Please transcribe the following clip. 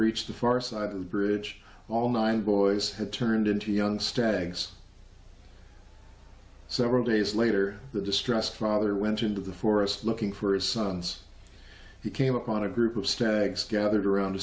reached the far side of the bridge all nine boys had turned into young stags several days later the distressed father went into the forest looking for his sons he came upon a group of stags gathered around